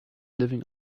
living